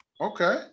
Okay